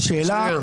שנייה, שנייה.